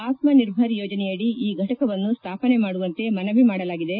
ಆತ್ಮ ನಿರ್ಭರ ಯೋಜನೆಯಡಿ ಈ ಫಟಕವನ್ನು ಸ್ಥಾಪನೆ ಮಾಡುವಂತೆ ಮನವಿ ಮಾಡಲಾಗಿದೆ